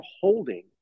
holding